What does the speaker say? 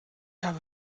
habe